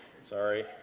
sorry